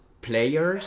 players